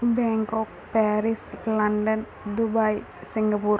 Bangkok Paris London Dubai Singapore